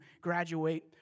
graduate